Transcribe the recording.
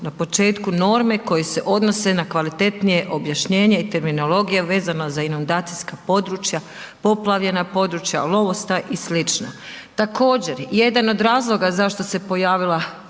na početku norme koje se odnose na kvalitetnije objašnjenje i terminologija vezano za inundacijska područja, poplavljena područja, lovostaj i sl. Također, jedan od razloga zašto se pojavila